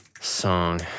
Song